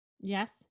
Yes